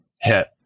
hit